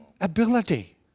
ability